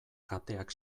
kateak